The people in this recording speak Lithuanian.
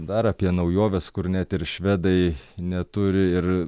dar apie naujoves kur net ir švedai neturi ir